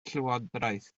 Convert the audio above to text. llywodraeth